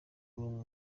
w’amaguru